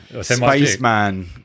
spaceman